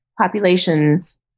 populations